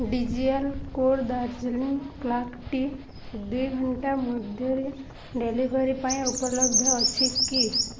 D G L co Darjeeling black tea ଦୁଇ ଘଣ୍ଟା ମଧ୍ୟରେ ଡେଲିଭରି ପାଇଁ ଉପଲବ୍ଧ ଅଛି କି